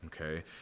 Okay